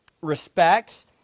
respects